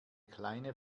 kleine